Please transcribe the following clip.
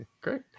Great